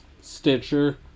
Stitcher